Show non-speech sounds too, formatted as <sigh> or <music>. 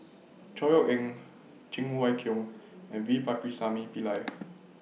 Chor Yeok Eng Cheng Wai Keung and V Pakirisamy Pillai <noise>